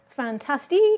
Fantastic